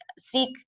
seek